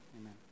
amen